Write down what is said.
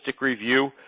review